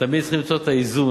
תמיד צריך למצוא את האיזון,